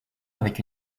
avec